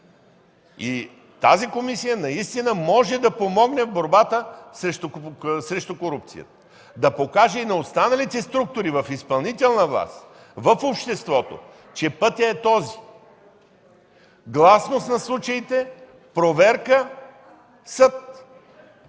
активно! Тя наистина може да помогне в борбата срещу корупцията, да покаже и на останалите структури в изпълнителната власт, в обществото, че пътят е този – гласност на случаите, проверка, съд!